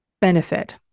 benefit